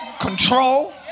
control